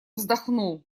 вздохнул